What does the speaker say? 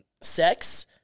sex